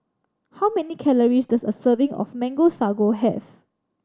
how many calories does a serving of Mango Sago have